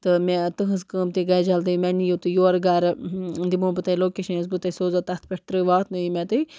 تہٕ مےٚ تُہٕنز کٲم تہِ گژھِ جلدی مےٚ نِیِو تُہۍ یورٕ گَرٕ دِمو بہٕ تۄہہِ لوکیشَن یۄس بہٕ تۄہہِ سوزَو تَتھ پٮ۪ٹھ ترٛ واتنٲیِو مےٚ تُہۍ